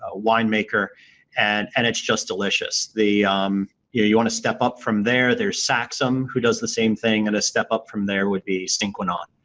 ah wine maker and and it's just delicious. if um yeah you want to step up from there, there's saxum who does the same thing and a step up from there would be sine qua non